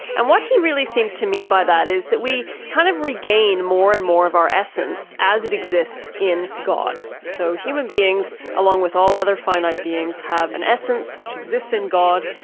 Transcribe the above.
and what he really seems to mean by that is that we kind of regain more and more of our essence as it exists in god. so human beings, along with all other finite beings, have an essence which exists in god,